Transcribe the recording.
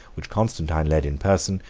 which constantine led in person,